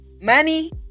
money